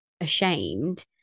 ashamed